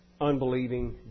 unbelieving